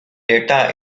data